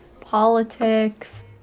politics